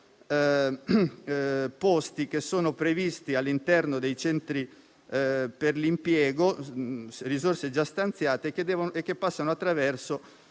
posti previsti all'interno dei centri per l'impiego, con risorse già stanziate, e che passano attraverso